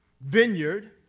vineyard